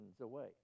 away